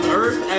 earth